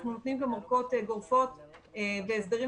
אנחנו נותנים גם אורכות גורפות והסדרים